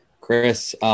Chris